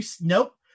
Nope